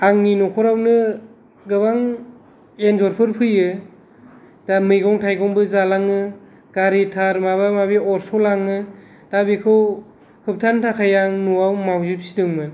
आंनि न'खरावनो गोबां एन्जरफोर फैयो दा मैगं थायगंबो जालाङो गारिथार माबा माबि अनस'लाङो दा बेखौ होब्थानो थाखाय आं न'आव माउजि फिदोंमोन